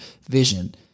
vision